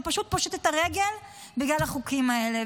ופשוט פושט את הרגל בגלל החוקים האלה.